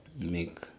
Make